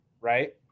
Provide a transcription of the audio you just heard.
right